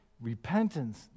repentance